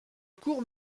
cours